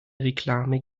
reklame